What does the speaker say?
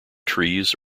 trees